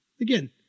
again